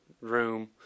room